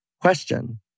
question